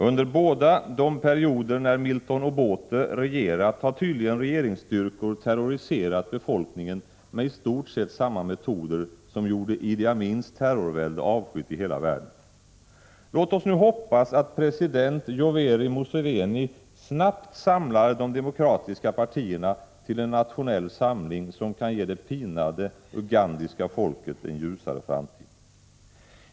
Under båda de perioder då Milton Obote regerat har tydligen regeringsstyrkor terroriserat befolkningen med i stort sett samma metoder som gjorde Idi Amins terrorvälde avskytt i hela världen. Låt oss nu hoppas att president Yoweri Museveni snabbt samlar de demokratiska partierna till en nationell samling som kan ge det pinade ugandiska folket en ljusare framtid.